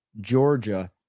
Georgia